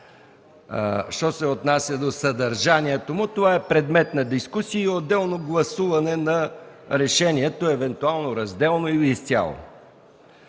Що се отнася до съдържанието му, това е предмет на дискусия и отделно гласуване на решението, евентуално разделно или изцяло.